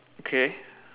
okay